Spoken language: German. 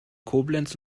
koblenz